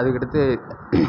அதுக்கடுத்து